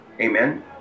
Amen